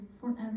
forever